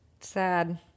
sad